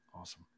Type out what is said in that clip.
Awesome